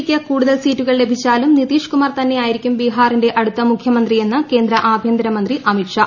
ക്ക് കൂടുതൽ സീറ്റുകൾ ലഭിച്ചാലും നിതീഷ് കുമാർ തന്നെയായിരിക്കും ബീഹാറിന്റെ അടുത്ത മുഖ്യമന്ത്രിയെന്ന് കേന്ദ്ര ആഭ്യന്തരമന്ത്രി അമിത്ഷാ